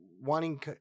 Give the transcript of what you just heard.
wanting